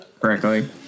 correctly